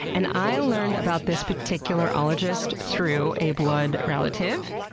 and i learned about this particular ologist through a blood relative,